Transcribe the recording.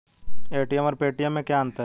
ATM और Paytm में क्या अंतर है?